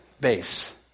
base